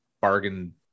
bargain